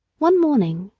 one morning,